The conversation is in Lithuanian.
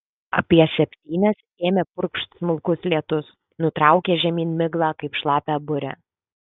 apie septynias ėmė purkšt smulkus lietus nutraukė žemyn miglą kaip šlapią burę